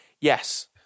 yes